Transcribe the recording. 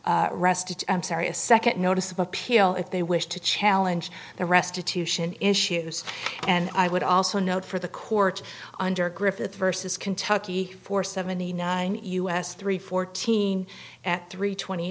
rested i'm sorry a second notice of appeal if they wish to challenge the restitution issues and i would also note for the court under griffith versus kentucky for seventy nine us three fourteen at three twenty